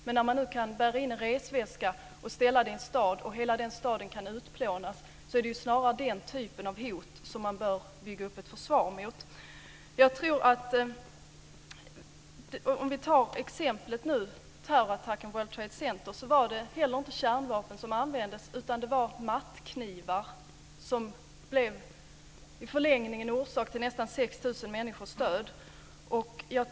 Men när man nu kan bära in detta vapen i en resväska, ställa det i en stad varpå hela denna stad kan utplånas är det snarare den typen av hot man bör bygga upp ett försvar emot. I terrorattacken mot World Trade Center var det heller inte kärnvapen som användes, utan det var mattknivar som i förlängningen blev orsak till nästan 6 000 människors död.